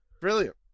brilliant